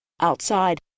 Outside